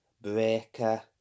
Breaker